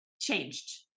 changed